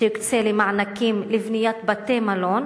שיוקצה למענקים לבניית בתי-מלון?